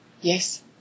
Yes